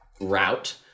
route